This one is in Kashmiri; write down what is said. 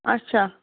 اچھا